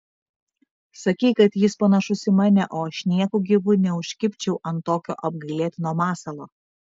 sakei kad jis panašus į mane o aš nieku gyvu neužkibčiau ant tokio apgailėtino masalo